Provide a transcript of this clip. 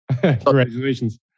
Congratulations